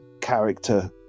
character